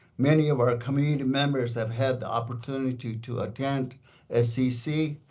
many of our community members have had the opportunity to attend scc,